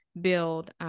build